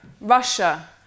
Russia